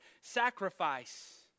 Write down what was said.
sacrifice